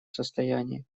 состоянии